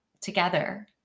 together